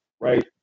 right